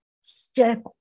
step